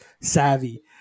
savvy